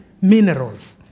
minerals